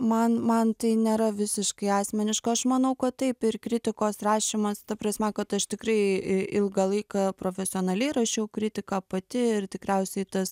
man man tai nėra visiškai asmeniška aš manau kad taip ir kritikos rašymas ta prasme kad aš tikrai ilgą laiką profesionaliai rašiau kritiką pati ir tikriausiai tas